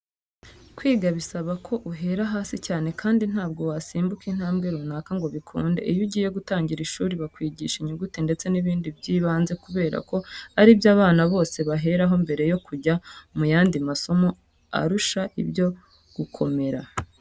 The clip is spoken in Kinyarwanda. Kwiga bisaba ko uhera hasi cyane kandi ntabwo wasimbuka intambwe runaka ngo bikunde. Iyo ugiye gutangira ishuri bakwigisha inyuguti ndetse n'ibindi by'ibanze kubera ko ari byo abana bose baheraho mbere yo kujya mu yandi masomo arusha ibyo gukomera.